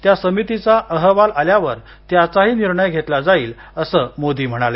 त्या समितीचा अहवाल आल्यावर त्याचाही निर्णय घेतला जाईल असं मोदी म्हणाले